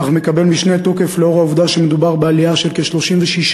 אך מקבל משנה תוקף לנוכח העובדה שמדובר בעלייה של כ-36%